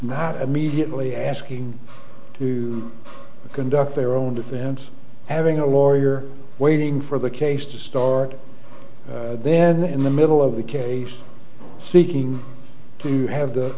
immediately asking to conduct their own defense having a lawyer waiting for the case to start then in the middle of the case he came to have the